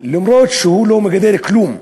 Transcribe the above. למרות שהוא לא מגדל כלום.